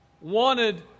wanted